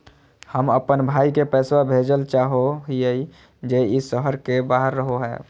हम अप्पन भाई के पैसवा भेजल चाहो हिअइ जे ई शहर के बाहर रहो है